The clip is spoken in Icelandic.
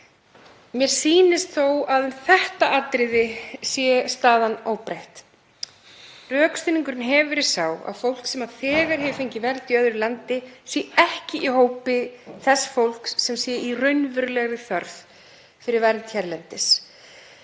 Mér sýnist þó að um þetta atriði sé staðan óbreytt. Rökstuðningurinn hefur verið sá að fólk sem þegar hefur fengið vernd í öðru landi sé ekki í hópi þess fólks sem sé í raunverulegri þörf fyrir vernd hérlendis.